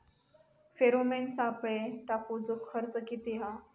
Pheromone सापळे टाकूचो खर्च किती हा?